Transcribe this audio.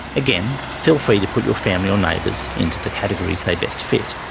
again, feel free to put your family or neighbours into the categories they best fit.